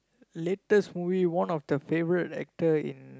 latest movie one of the favourite actor in